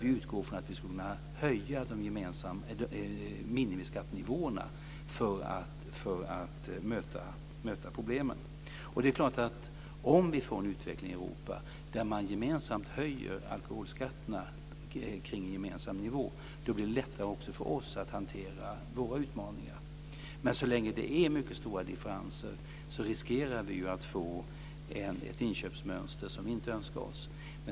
Vi utgår från att att de gemensamma minimiskattenivåerna ska kunna höjas för att man ska kunna möta problemen. Det är klart att om vi får en utveckling i Europa där man gemensamt höjer alkoholskatterna till en gemensam nivå, blir det också lättare för oss att hantera våra utmaningar. Så länge som det är mycket stora differenser riskerar vi dock att få ett inköpsmönster som vi inte önskar oss.